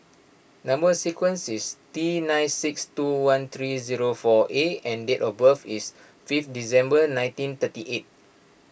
Number Sequence is T nine six two one three zero four A and date of birth is fifth December nineteen thirty eight